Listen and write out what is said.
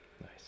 nice